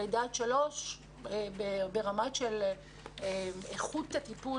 לידה עד שלוש ברמה של איכות הטיפול